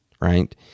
right